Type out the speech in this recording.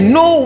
no